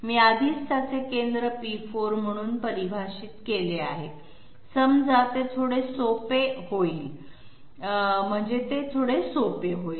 मी आधीच त्याचे केंद्र p4 म्हणून परिभाषित केले आहे समजा म्हणजे ते थोडे सोपे होईल